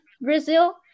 Brazil